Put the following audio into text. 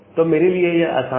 तो अब मेरे लिए यह आसान है